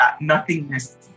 nothingness